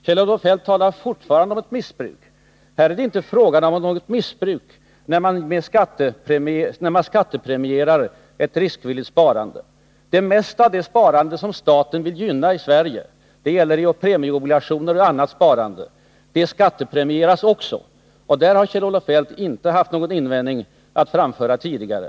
Kjell-Olof Feldt talar fortfarande om ett missbruk. Men det är inte fråga om något missbruk, när man skattepremierar ett riskvilligt sparande. Det mesta av det sparande i Sverige som staten vill gynna skattepremieras — det gäller sparande i premieobligationer och annat sparande, och det har Kjell-Olof Feldt inte haft någonting att invända emot tidigare.